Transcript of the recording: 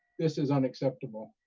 this is unacceptable!